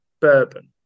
bourbon